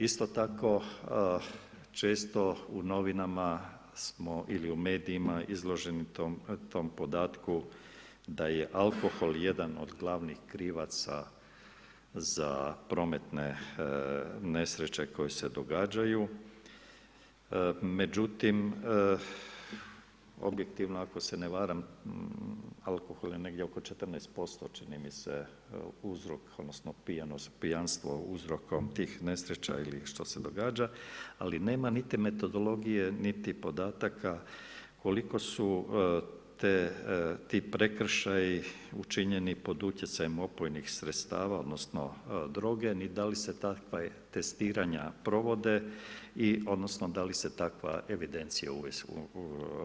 Isto tako, često u novinama smo ili u medijima, smo izloženi tom podatku da je alkohol jedan od glavnih krivaca za prometne nesreće koje se događaju, međutim, objektivno ako se ne varam, alkohol je negdje oko 14% čini mi se, uzrok, odnosno, pijanstvo, uzrokom tih nesreća što se događa, ali nema niti metodologije, niti podataka, koliko su ti prekršaji učinjeni pod utjecajem opojnih sredstava odnosno, droge, ni da li se takva testiranja provode, odnosno, da li se takva evidencija vodi.